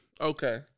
okay